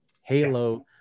Halo